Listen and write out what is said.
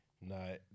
No